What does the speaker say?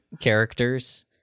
characters